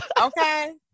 okay